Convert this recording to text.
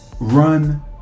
run